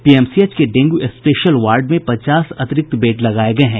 PMCH के dengue special ward में पचास अतिरिक्त बेड लगाये गये हैं